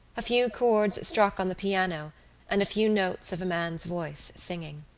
a few chords struck on the piano and a few notes of a man's voice singing.